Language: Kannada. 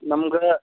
ನಮ್ಗೆ